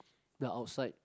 the outside